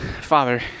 Father